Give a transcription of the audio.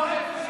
הכנסת,